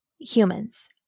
humans